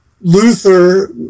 Luther